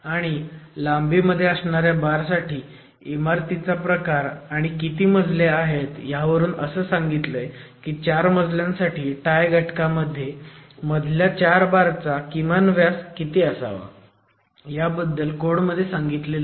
आणि लांबी मध्ये असणाऱ्या बार साठी इमारतीचा प्रकार आणि किती मजले आहेत ह्यावरून असं सांगितलंय की 4 मजल्यांसाठी टाय घटकामध्ये मधल्या 4 बारचा किमान व्यास किती असावा ह्याबद्दल कोड मध्ये सांगितलं आहे